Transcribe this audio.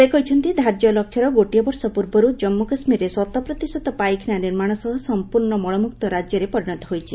ସେ କହିଛନ୍ତି ଧାର୍ଯ୍ୟ ଲକ୍ଷ୍ୟର ଗୋଟିଏ ବର୍ଷ ପୂର୍ବରୁ ଜାମ୍ପୁ କାଶ୍ମୀରରେ ଶତପ୍ରତିଶତ ପାଇଖାନା ନିର୍ମାଣ ସହ ସଂପୂର୍ଣ୍ଣ ମଳମୁକ୍ତ ରାକ୍ୟରେ ପରିଣତ ହୋଇଛି